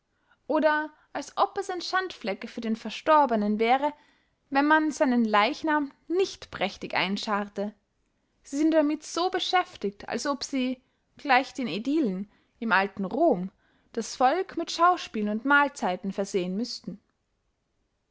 oder als ob es ein schandflecke für den verstorbenen wäre wenn man seinen leichnahm nicht prächtig einscharrte sie sind damit so beschäftigt als ob sie gleich den aedilen im alten rom das volk mit schauspielen und mahlzeiten versehen müßten